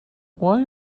why